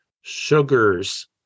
sugars